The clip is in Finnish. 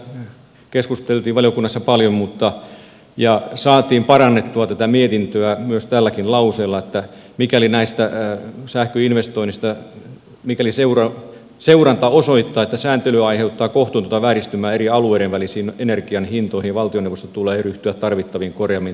tästä keskusteltiin valiokunnassa paljon ja saatiin parannettua tätä mietintöä myös tälläkin lauseella näistä sähköinvestoinneista että mikäli seuranta osoittaa että sääntely aiheuttaa kohtuutonta vääristymää eri alueiden välisiin energian hintoihin valtioneuvoston tulee ryhtyä tarvittaviin korjaaviin toimiin